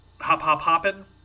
hop-hop-hopping